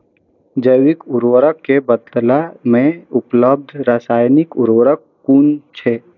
जैविक उर्वरक के बदला में उपलब्ध रासायानिक उर्वरक कुन छै?